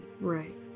right